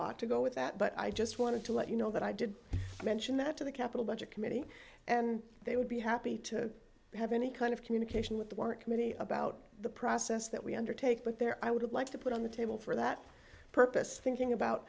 ought to go with that but i just wanted to let you know that i did mention that to the capital budget committee and they would be happy to have any kind of communication with the work committee about the process that we undertake but there i would like to put on the table for that purpose thinking about